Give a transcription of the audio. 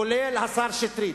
כולל, השר שטרית,